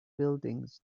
buildings